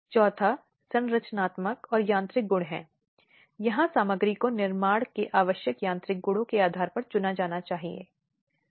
यौन शोषण का अगला भाषण यौन प्रकृति का एक आचरण है जो महिलाओं की गरिमा को अपमानित नीचा करना या उल्लंघन करता है